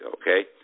okay